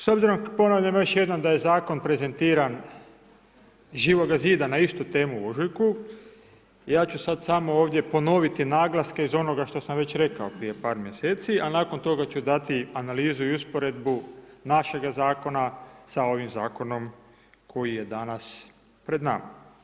S obzirom, ponavljam još jednom da je zakon prezentiran, Živoga zida na istu temu u ožujku, ja ću sada samo ovdje ponoviti naglaske iz onoga što sam već rekao prije par mjeseci a nakon toga ću dati analizu i usporedbu našega zakona sa ovim zakonom koji je danas pred nama.